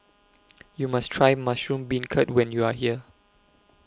YOU must Try Mushroom Beancurd when YOU Are here